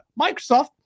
Microsoft